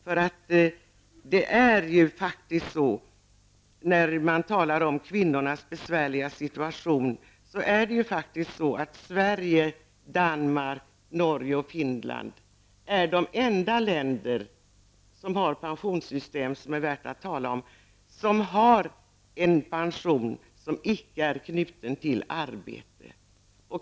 När det gäller kvinnornas besvärliga situation vill jag framhålla att Sverige, Danmark, Norge och Finland faktiskt är de enda länder som har pensionssystem som det är värt att tala om -- pensionen är här icke knuten till arbete.